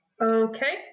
okay